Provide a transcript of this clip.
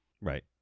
Right